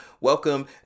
Welcome